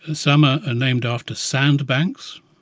some are ah named after sandbanks.